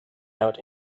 out